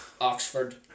Oxford